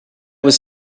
was